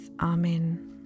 Amen